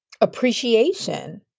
appreciation